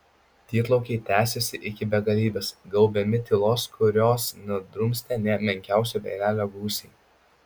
tyrlaukiai tęsėsi iki begalybės gaubiami tylos kurios nedrumstė nė menkiausio vėjelio gūsiai